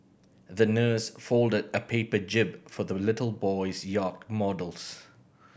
the nurse folded a paper jib for the little boy's yacht models